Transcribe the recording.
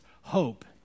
hope